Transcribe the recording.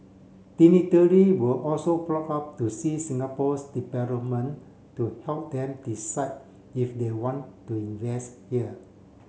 were also brought up to see Singapore's development to help them decide if they want to invest here